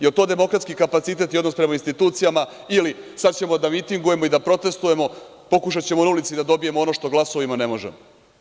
Jel to demokratski kapacitet i odnos prema institucijama ili sad ćemo da mitingujemo i da protestujemo, pokušaćemo na ulici da dobijemo ono što glasovima ne možemo?